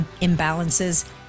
imbalances